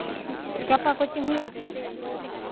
ᱜᱟᱯᱟ ᱠᱳᱪᱤᱝ ᱦᱩᱭᱩᱜᱼᱟ ᱥᱮ ᱵᱟᱝ